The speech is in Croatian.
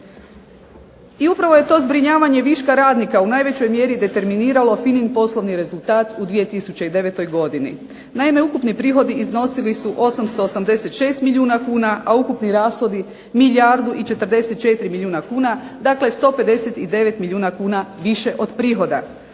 I upravo je to zbrinjavanje viška radnika u najvećoj mjeri determiniralo FINA-in poslovni rezultat u 2009. godini. Naime, ukupni prihodi iznosili su 886 milijuna kuna, a ukupni rashodi milijardu i 44 milijuna kuna dakle 159 milijuna kuna više od prihoda.